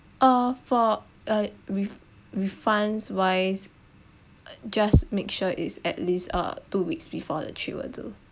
uh for uh with re~ refunds wise uh just make sure it's at least uh two weeks before the trip will do